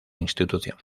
institución